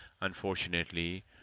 unfortunately